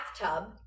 bathtub